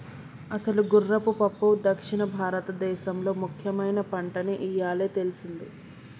అసలు గుర్రపు పప్పు దక్షిణ భారతదేసంలో ముఖ్యమైన పంటని ఇయ్యాలే తెల్సింది